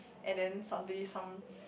and then suddenly some